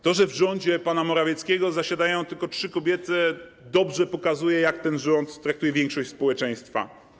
To, że w rządzie pana Morawieckiego zasiadają tylko trzy kobiety, dobrze pokazuje, jak ten rząd traktuje większość społeczeństwa.